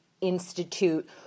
institute